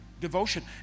Devotion